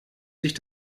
sich